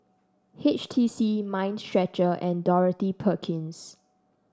H T C Mind Stretcher and Dorothy Perkins